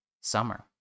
summer